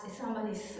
somebody's